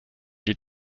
die